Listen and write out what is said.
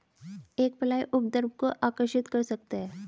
एक फ्लाई उपद्रव को आकर्षित कर सकता है?